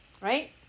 right